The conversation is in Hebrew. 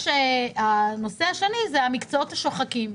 הנושא השני הוא המקצועות השוחקים.